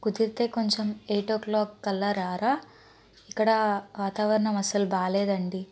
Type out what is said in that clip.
కుదిరితే కొంచెం eight o'clock కల్లా రారా ఇక్కడ వాతావరణం అస్సలు బాగోలేదండి